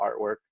artwork